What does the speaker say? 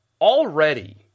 already